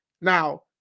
Now